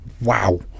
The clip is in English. wow